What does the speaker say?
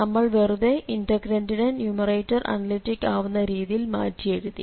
നമ്മൾ വെറുതെ ഇന്റഗ്രന്റിനെ ന്യൂമറേറ്റർ അനലിറ്റിക് ആവുന്ന രീതിയിൽ മാറ്റിയെഴുതി